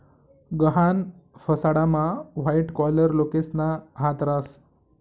गहाण फसाडामा white collar लोकेसना हात रास